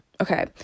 okay